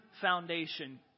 foundation